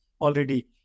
already